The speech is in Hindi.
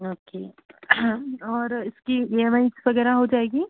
ओके और इसकी ई एम आइस वगैरह हो जाएगी